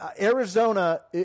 Arizona